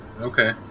Okay